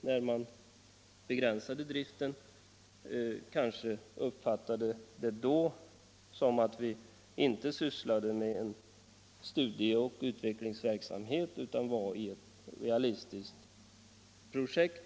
då driften begränsades, uppfattade det inte som att vi sysslade med en studieoch utvecklingsverksamhet utan med ett realistiskt projekt.